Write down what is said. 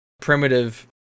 primitive